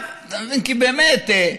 כי באמת,